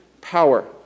power